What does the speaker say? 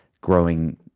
growing